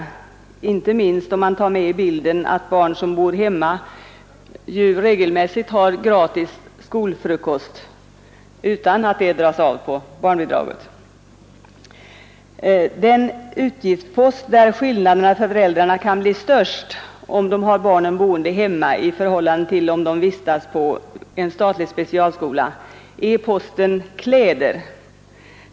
Detta inte minst om man tar med i bilden att barn som bor hemma regelmässigt har gratis skolfrukost utan att det dras av på barnbidraget. Den utgiftspost där skillnaden för föräldrarna kan bli störst om de har barnen boende hemma i förhållande till om barnen vistas på en statlig specialskola är posten kläder.